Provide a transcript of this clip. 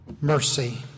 mercy